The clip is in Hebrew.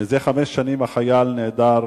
זה חמש שנים חייל נעדר,